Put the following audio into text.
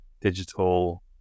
digital